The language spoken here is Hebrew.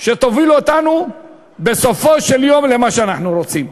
שתוביל אותנו בסופו של דבר למה שאנחנו רוצים.